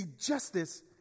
justice